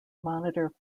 monitor